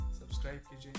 subscribe